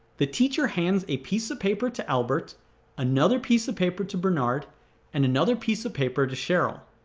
the teacher hands a piece of paper to albert another piece of paper to bernard and another piece of paper to cheryl.